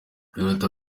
biruta